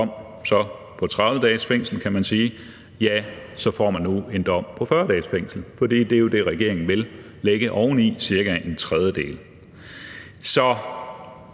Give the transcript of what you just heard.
dom på 30 dages fængsel, får man nu en dom på 40 dages fængsel, fordi det jo er det, regeringen vil lægge oveni: cirka en tredjedel. Så